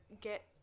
get